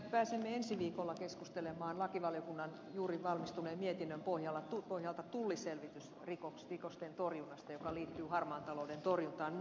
pääsemme ensi viikolla keskustelemaan lakivaliokunnan juuri valmistuneen mietinnön pohjalta tulliselvitysrikosten torjunnasta joka liittyy harmaan talouden torjuntaan